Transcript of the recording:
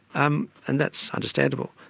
um and that's understandable,